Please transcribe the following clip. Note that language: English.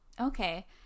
Okay